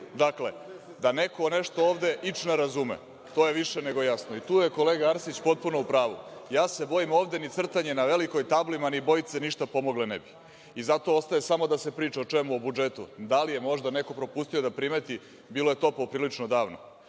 DOS.Dakle, da neko nešto ovde ič ne razume, to je više nego jasno i tu je kolega Arsić potpuno u pravu. Ja se bojim ovde ni crtanje na velikoj tabli, ma ni bojice ništa pomogle ne bi. Zato ostaje samo da se priča o čemu, o budžetu, da li je možda neko propustio da primeti, bilo je to poprilično davno. Ali,